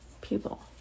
people